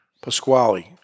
Pasquale